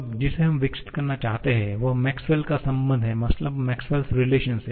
अब जिसे हम विकसित करना चाहते हैं वह मैक्सवेल का संबंध Maxwell's relation है